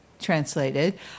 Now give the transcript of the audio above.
translated